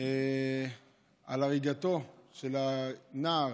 על הריגתו של הנער